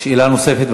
שאלה נוספת.